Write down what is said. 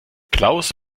klaus